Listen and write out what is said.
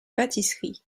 pâtisserie